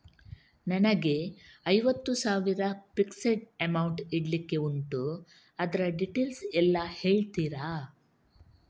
ನನಗೆ ಐವತ್ತು ಸಾವಿರ ಫಿಕ್ಸೆಡ್ ಅಮೌಂಟ್ ಇಡ್ಲಿಕ್ಕೆ ಉಂಟು ಅದ್ರ ಡೀಟೇಲ್ಸ್ ಎಲ್ಲಾ ಹೇಳ್ತೀರಾ?